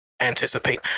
anticipate